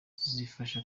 zizafasha